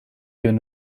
given